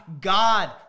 God